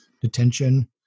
detention